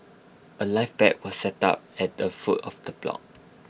A life pack was set up at the foot of the block